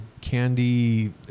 candy